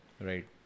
Right